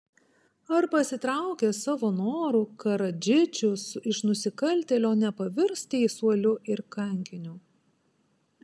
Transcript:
ar pasitraukęs savo noru karadžičius iš nusikaltėlio nepavirs teisuoliu ir kankiniu